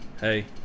Hey